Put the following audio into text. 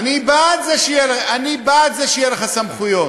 אני בעד שיהיו לך סמכויות,